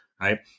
Right